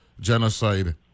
genocide